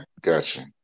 Gotcha